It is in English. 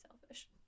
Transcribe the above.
selfish